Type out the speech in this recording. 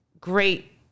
great